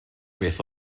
beth